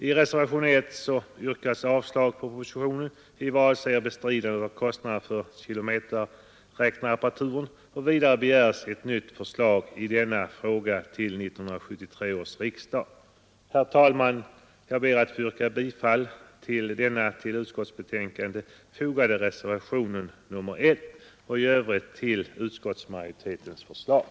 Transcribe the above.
Herr talman! Jag ber att få yrka bifall till den vid utskottsbetänkandet fogade reservationen 1 och i övrigt till utskottsmajoritetens förslag.